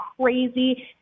crazy